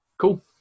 Cool